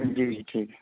جی ٹھیک ہے